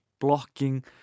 blocking